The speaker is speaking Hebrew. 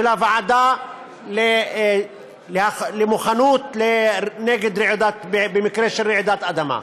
של הוועדה לבדיקת היערכות ומוכנות לרעידות אדמה.